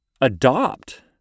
adopt